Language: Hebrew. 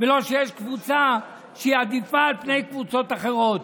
ולא שיש קבוצה שהיא עדיפה על פני קבוצות אחרות.